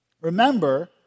Remember